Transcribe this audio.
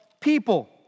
People